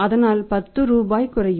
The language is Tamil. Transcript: அதனால் 10ரூபாய் குறையும்